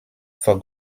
for